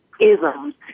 isms